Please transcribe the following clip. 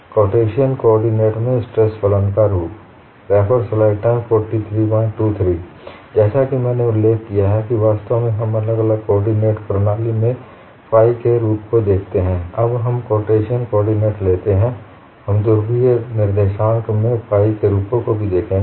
Cartesian को ordinates में stress फलन का रूप जैसा कि मैंने उल्लेख किया है वास्तव में हम अलग अलग कोऑर्डिनेट प्रणाली में फाइ के रूपों को देखते हैं अब हम कार्टेशियन कोऑर्डिनेट लेते हैं हम धुवीय निर्देशांक में फाइ के रूपों को भी देखेंगे